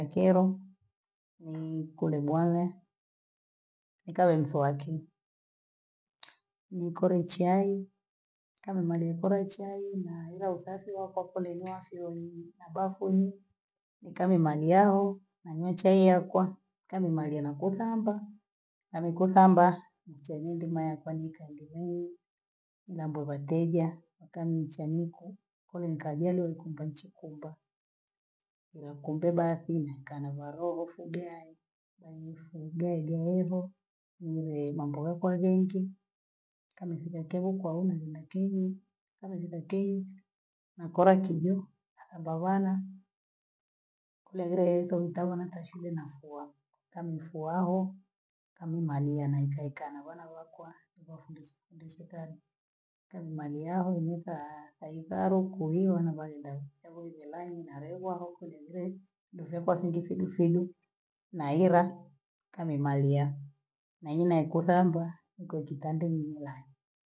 Nikyela, nikunde bwana, nikawe mzwaki, nikole chai, kanima Nikole chai, na ilwa usafi wako tu ndo ashiwe na bafuni, nikale malyahu, nanywa chai yakwa, kanimalia nakusambwa, anikusamba ncheniendema kwanika ndo yeye, lambo lateja, akani nchaniko, koe nkajali wakumpa chikumba, ila kumbe bakuna nakaa na vareve, dea bani jeajaevyo, nuria mambo yakuwa bhengi, kanithila kai kwa umri lakini umribhokei, mwakorakibu ambawana, kuna ile naitwa mtama natashwile nafua, kama ni suawa, kama mi maria naeka eka na wanawakwa, nibhafundishe fundishe kuwa kaimali yao, ni kwaa kwaibalu, kuliwa na balendaku, kwaivyo dhelani nalebwa huku ninii, Nisha kuwafundisha jinsi ili nahila, kanimaliya, nainywa ikuvanda nko ikitanda nimwaa.